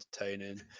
entertaining